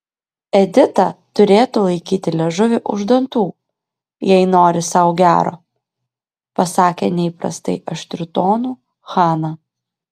edita turėtų laikyti liežuvį už dantų jei nori sau gero pasakė neįprastai aštriu tonu hana